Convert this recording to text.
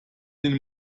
den